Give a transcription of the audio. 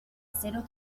acero